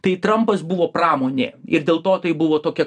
tai trampas buvo pramonė ir dėl to tai buvo tokia